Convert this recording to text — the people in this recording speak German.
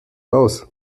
aus